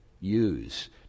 use